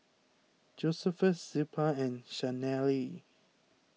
Josephus Zilpah and Chanelle